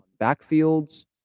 backfields